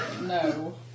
No